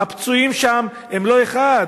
הפצועים שם, הם לא אחד.